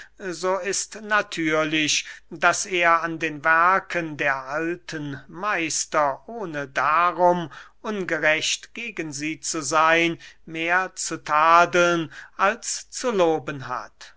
so ist natürlich daß er an den werken der alten meister ohne darum ungerecht gegen sie zu seyn mehr zu tadeln als zu loben hat